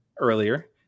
earlier